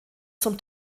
zum